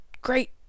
great